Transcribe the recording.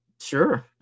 sure